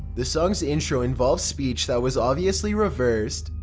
the song's intro involved speech that was obviously reversed,